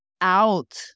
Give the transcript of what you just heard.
out